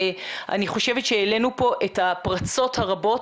אני חושבת שהעלינו פה את הפרצות הרבות